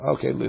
Okay